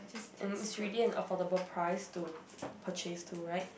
and it's really an affordable price to purchase to right